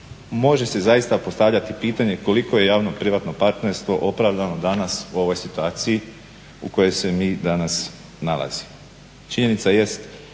Može se zaista postavljati pitanje koliko je javno-privatno partnerstvo opravdano danas u ovoj situaciji u kojoj se mi danas nalazimo. Činjenica jest